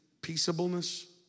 peaceableness